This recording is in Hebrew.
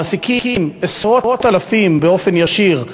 הן מעסיקות עשרות אלפים באופן ישיר,